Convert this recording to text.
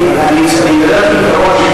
אני מדבר כעיקרון,